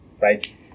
right